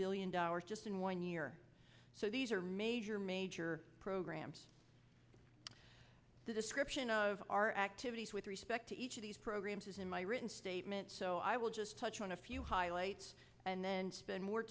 billion dollars just in one year so these are major major programs the description of our activities with respect to each of these programs is in my written statement so i will just touch on a few highlights and then spend more